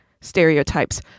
stereotypes